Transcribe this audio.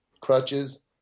crutches